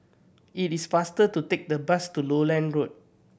it is faster to take the bus to Lowland Road